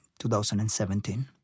2017